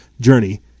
journey